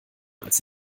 als